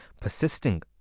persisting